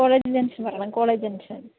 college junction പറയണം college junction